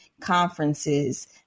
conferences